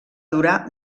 durar